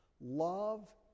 Love